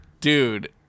Dude